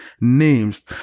names